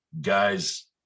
guys